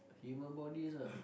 human bodies ah